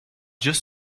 just